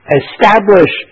establish